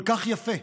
כל כך יפה,